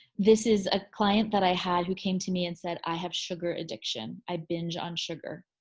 this is a client that i had who came to me and said, i have sugar addiction. i binge on sugar.